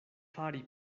fari